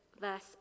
verse